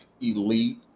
elite –